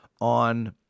on